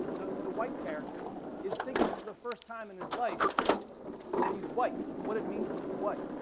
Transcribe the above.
the the white character is thinking for the first time in his life that he's white, like what it means to be white.